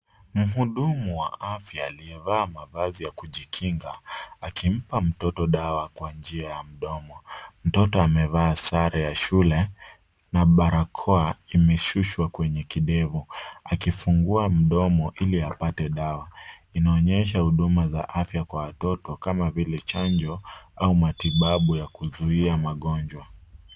Mhudumu wa afya aliyevaa mavazi ya kujikinga akimpa mtoto dawa kwa njia ya mdomo. Mtoto amevaa sare ya shule na barakoa imeshushwa kwenye kidevu akifungua mdomo ili apate dawa. Inaonyesha huduma za afya kwa watoto kama vile chanjo au matibabu ya kuzuia magonjwa.